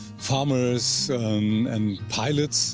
farmers and pilots